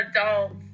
adults